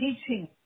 teaching